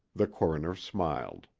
the coroner smiled.